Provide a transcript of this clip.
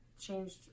changed